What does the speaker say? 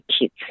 kids